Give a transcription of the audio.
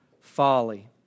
folly